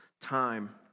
time